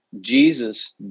Jesus